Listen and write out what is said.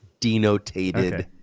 denotated